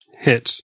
Hits